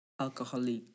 alcoholic